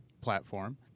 platform